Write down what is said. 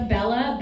Bella